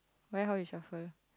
why how you shuffle